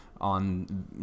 on